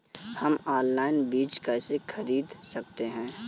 हम ऑनलाइन बीज कैसे खरीद सकते हैं?